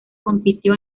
compitió